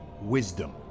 wisdom